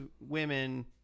women